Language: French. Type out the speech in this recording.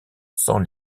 sans